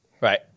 Right